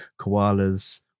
koalas